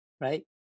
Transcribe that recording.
right